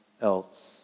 else